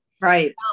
Right